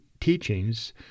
teachings